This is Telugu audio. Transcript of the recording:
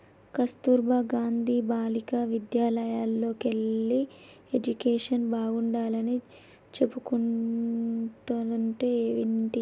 కస్తుర్బా గాంధీ బాలికా విద్యాలయల్లోకెల్లి ఎడ్యుకేషన్ బాగుంటాడని చెప్పుకుంటంటే వింటి